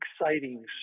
exciting